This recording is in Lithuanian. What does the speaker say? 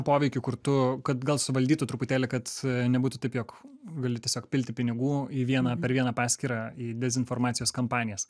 poveikį kur tu kad gal suvaldytų truputėlį kad nebūtų taip jog gali tiesiog pilti pinigų į vieną per vieną paskyrą į dezinformacijos kampanijas